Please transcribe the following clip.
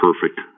perfect